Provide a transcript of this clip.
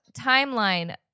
timeline